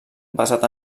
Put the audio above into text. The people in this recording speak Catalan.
basat